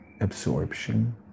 absorption